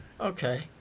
Okay